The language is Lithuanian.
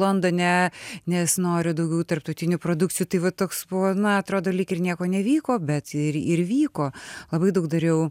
londone nes noriu daugiau tarptautinių produkcijų tai va toks na atrodo lyg ir nieko nevyko bet ir ir vyko labai daug dariau